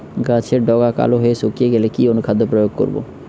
গাছের ডগা কালো হয়ে শুকিয়ে গেলে কি অনুখাদ্য প্রয়োগ করব?